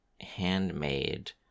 handmade